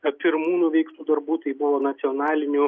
a pirmų nuveiktų darbų tai buvo nacionalinių